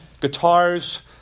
guitars